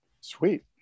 Sweet